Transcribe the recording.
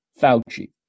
Fauci